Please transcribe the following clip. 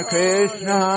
Krishna